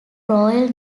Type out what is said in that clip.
royal